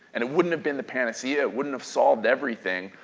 and it wouldn't have been the panacea, it wouldn't have solved everything,